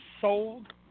sold